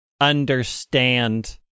understand